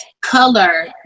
color